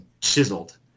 chiseled